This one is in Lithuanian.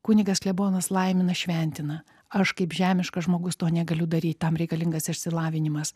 kunigas klebonas laimina šventina aš kaip žemiškas žmogus to negaliu daryt tam reikalingas išsilavinimas